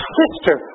sister